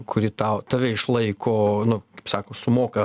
kuri tau tave išlaiko nu kaip sako sumoka